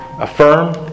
affirm